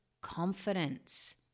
confidence